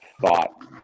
thought